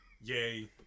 Yay